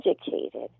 educated